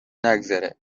نگذره